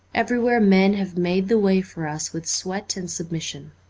everywhere men have made the way for us with sweat and sub mission.